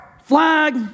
Flag